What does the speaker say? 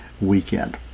weekend